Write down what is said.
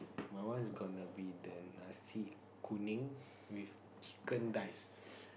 my one is gonna be the nasi-kunning with chicken dice